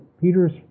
Peter's